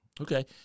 Okay